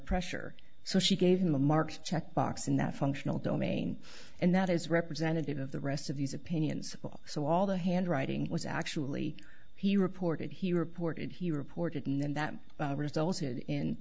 pressure so she gave him a marked checkbox in that functional domain and that is representative of the rest of these opinions so all the handwriting was actually he reported he reported he reported and then that resulted in